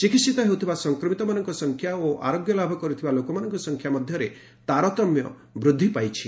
ଚିକିିିିତ ହେଉଥିବା ସଂକ୍ରମିତମାନଙ୍କ ସଂଖ୍ୟା ଓ ଆରୋଗ୍ୟଲାଭ କରିଥିବା ଲୋକମାନଙ୍କ ସଂଖ୍ୟା ମଧ୍ୟରେ ତାରତମ୍ୟ ବୃଦ୍ଧି ପାଇଛି